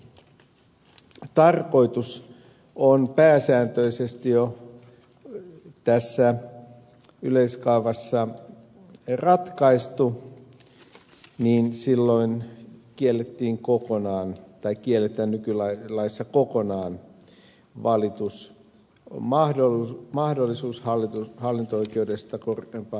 mikäli maankäytön tarkoitus on pääsääntöisesti jo yleiskaavassa ratkaistu niin silloin kielletään kyllä kyllä se tuo kunnan valitus nykylaissa kokonaan valitusmahdollisuus hallinto oikeudesta korkeimpaan hallinto oikeuteen